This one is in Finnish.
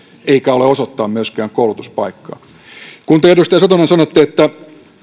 eikä ole osoittaa myöskään koulutuspaikkaa kun te edustaja satonen sanotte että